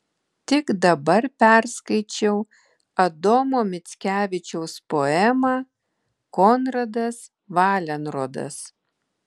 tik dabar perskaičiau adomo mickevičiaus poemą konradas valenrodas